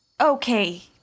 okay